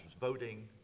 voting